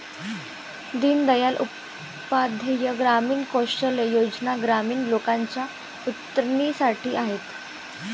दीन दयाल उपाध्याय ग्रामीण कौशल्या योजना ग्रामीण लोकांच्या उन्नतीसाठी आहेत